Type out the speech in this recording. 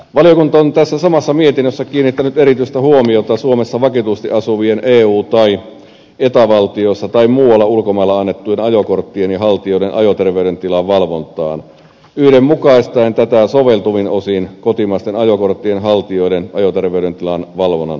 valiokunta on tässä samassa mietinnössä kiinnittänyt erityistä huomiota suomessa vakituisesti asuvien eu tai eta valtioissa tai muualla ulkomailla annettujen ajokorttien haltijoiden ajoterveydentilan valvontaan yhdenmukaistaen tätä soveltuvin osin kotimaisten ajokorttien haltijoiden ajoterveydentilan valvonnan kanssa